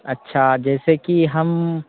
अच्छा जैसे कि हम